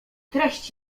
treść